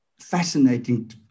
fascinating